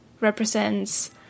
represents